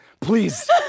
please